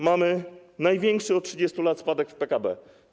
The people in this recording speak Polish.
Mamy największy od 30 lat spadek PKB.